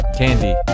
candy